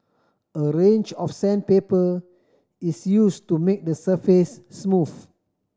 a range of sandpaper is use to make the surface smooth